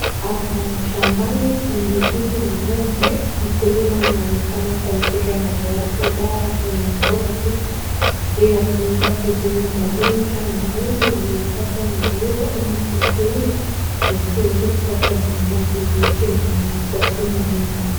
Hapa ni shambani kwenye zizi la ng'ombe mkulima anaonekana kumpiga ng'ombe wake bawa kwenye ngozi ndio kuweza kuzuia magonjwa ya ngozi yaliyompata ng'ombe huyo ama kumuzuia yasiweza kupatwa na maradhi yoyote yanayowakumba ng'ombe.